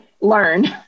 learn